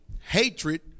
Hatred